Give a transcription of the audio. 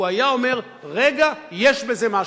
הוא היה אומר: רגע, יש בזה משהו.